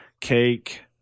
Cake